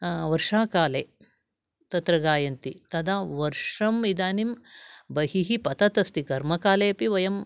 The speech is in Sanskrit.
वर्षाकाले तत्र गायन्ति तदा वर्षम् इदानीं बहिः पतदस्ति घर्मकाले अपि वयं